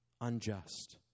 unjust